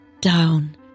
down